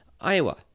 Iowa